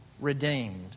redeemed